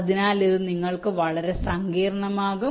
അതിനാൽ ഇത് നിങ്ങൾക്ക് വളരെ സങ്കീർണ്ണമാകും